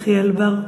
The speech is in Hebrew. חבר הכנסת יחיאל בר.